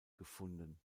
gefunden